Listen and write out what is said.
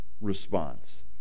response